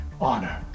honor